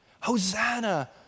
Hosanna